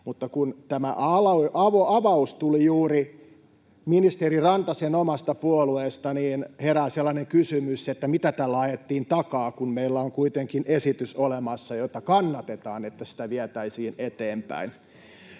mutta kun tämä avaus tuli juuri ministeri Rantasen omasta puolueesta, niin herää sellainen kysymys, että mitä tällä ajettiin takaa, kun meillä on kuitenkin esitys olemassa, jonka eteenpäinviemistä